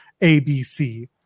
ABC